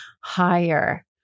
higher